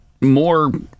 more